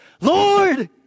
Lord